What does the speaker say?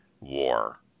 war